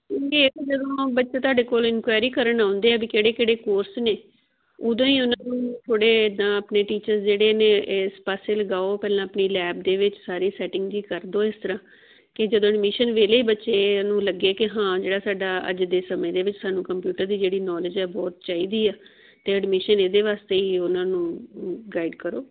ਇਹ ਤਾਂ ਜਦੋਂ ਬੱਚੇ ਤੁਹਾਡੇ ਕੋਲ ਇਨਕੁਐਰੀ ਕਰਨ ਆਉਂਦੇ ਆ ਵੀ ਕਿਹੜੇ ਕਿਹੜੇ ਕੋਰਸ ਨੇ ਉਦੋਂ ਹੀ ਉਹਨਾਂ ਨੂੰ ਥੋੜ੍ਹੇ ਇੱਦਾਂ ਆਪਣੇ ਟੀਚਰਸ ਜਿਹੜੇ ਨੇ ਇਸ ਪਾਸੇ ਲਗਾਓ ਪਹਿਲਾਂ ਆਪਣੀ ਲੈਬ ਦੇ ਵਿੱਚ ਸਾਰੀ ਸੈਟਿੰਗ ਜਿਹੀ ਕਰ ਦਿਉ ਇਸ ਤਰ੍ਹਾਂ ਕਿ ਜਦੋਂ ਐਡਮਿਸ਼ਨ ਵੇਲੇ ਬੱਚੇ ਨੂੰ ਲੱਗੇ ਕਿ ਹਾਂ ਜਿਹੜਾ ਸਾਡਾ ਅੱਜ ਦੇ ਸਮੇਂ ਦੇ ਵਿੱਚ ਸਾਨੂੰ ਕੰਪਿਊਟਰ ਦੀ ਜਿਹੜੀ ਨੌਲੇਜ ਹੈ ਬਹੁਤ ਚਾਹੀਦੀ ਆ ਅਤੇ ਐਡਮਿਸ਼ਨ ਇਹਦੇ ਵਾਸਤੇ ਹੀ ਉਹਨਾਂ ਨੂੰ ਗਾਈਡ ਕਰੋ